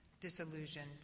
disillusioned